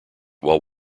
while